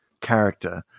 character